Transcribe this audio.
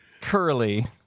Curly